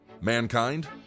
mankind